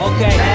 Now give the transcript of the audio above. Okay